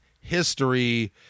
history